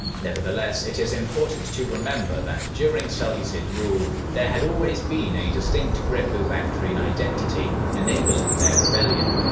nevertheless, it is important to remember that during seleucid rule, there had always been a distinct greco-bactrian identity, enabling their rebellion.